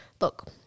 look